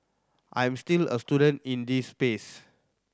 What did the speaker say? I'm still a student in this space